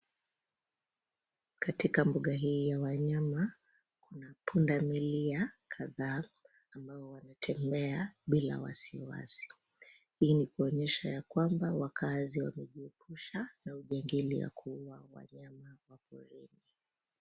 Katika mbuga hii ya wanyama kuna pundamilia kadhaa ambao wanatembea bila wasiwasi hii ni kuonyesha ya kwamba wakazi wamejiepusha na ujangili wa kuuwa wanyamawa porini.